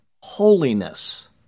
holiness